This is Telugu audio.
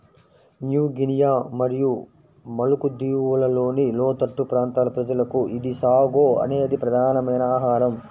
న్యూ గినియా మరియు మలుకు దీవులలోని లోతట్టు ప్రాంతాల ప్రజలకు ఇది సాగో అనేది ప్రధానమైన ఆహారం